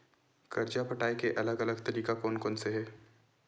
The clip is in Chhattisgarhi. कर्जा पटाये के अलग अलग तरीका कोन कोन से हे?